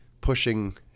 pushing